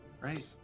right